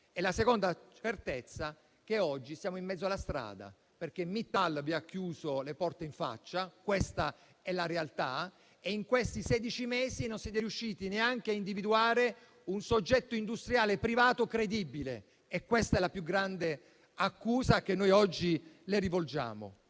La seconda certezza è che oggi siamo in mezzo alla strada, perché Mittal vi ha chiuso le porte in faccia - questa è la realtà - e in questi sedici mesi non siete riusciti neanche a individuare un soggetto industriale privato credibile: questa è la più grande accusa che oggi le rivolgiamo.